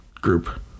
group